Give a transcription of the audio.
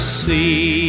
see